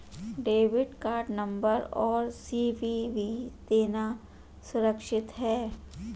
Debit card number और CVV देना सुरक्षित है?